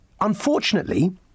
unfortunately